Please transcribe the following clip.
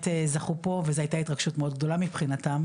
זכו פה וזו היתה התרגשות מאוד גדולה מבחינתם,